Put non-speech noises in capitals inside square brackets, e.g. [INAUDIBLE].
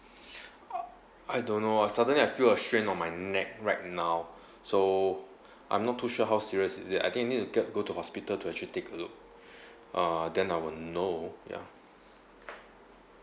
[BREATH] [NOISE] I don't know ah suddenly I feel a strain on my neck right now so I'm not too sure how serious is it I think need to get go to hospital to actually take a look [BREATH] uh then I would know ya